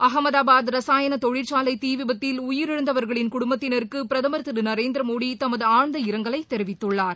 அகமதாபாத் ரசாயன தொழிற்சாலை தீ விபத்தில் உயிரிழந்தவர்களின் குடும்பத்தினருக்கு பிரதமர் திரு நரேந்திரமோடி தமது ஆழ்ந்த இரங்கலை தெரிவித்துள்ளார்